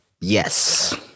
Yes